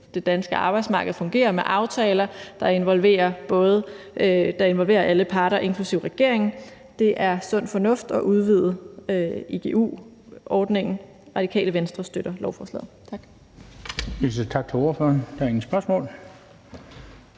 det danske arbejdsmarked fungerer med aftaler, der involverer alle parter, inklusive regeringen. Det er sund fornuft at udvide igu-ordningen. Radikale Venstre støtter lovforslaget. Tak.